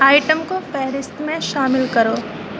item کو فہرست میں شامل کرو